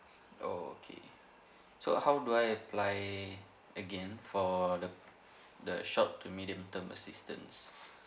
oh okay so how do I apply again for the the short to medium term assistance